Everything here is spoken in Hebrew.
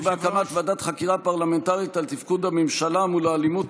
בהקמת ועדת חקירה פרלמנטרית על תפקוד הממשלה מול האלימות